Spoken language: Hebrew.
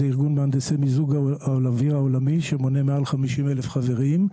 ארגון מהנדסי מיזוג האוויר העולמי שמונה מעל 50,000 חברים.